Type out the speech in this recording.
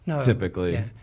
typically